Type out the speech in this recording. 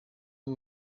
b’u